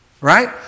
Right